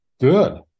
good